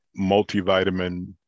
multivitamin